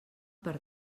per